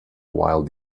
while